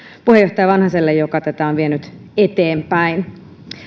puheenjohtaja vanhaselle joka tätä on vienyt eteenpäin